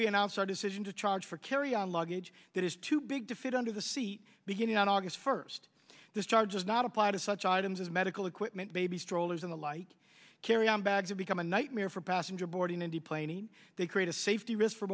we announce our decision to charge for carry on luggage that is too big to fit under the seat beginning on august first this charge is not applied to such items as medical equipment baby strollers in the like carry on bags have become a nightmare for passenger boarding and deplaning they create a safety risk for